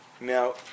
Now